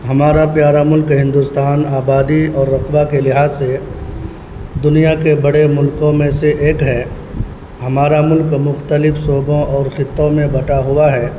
ہمارا پیارا ملک ہندوستان آبادی اور رقبہ کے لحاظ سے دنیا کے بڑے ملکوں میں سے ایک ہے ہمارا ملک مختلف شعبوں اور خطوں میں بٹا ہوا ہے